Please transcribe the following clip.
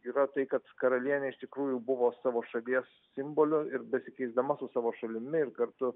yra tai kad karalienė iš tikrųjų buvo savo šalies simboliu ir besikeisdama su savo šalimi ir kartu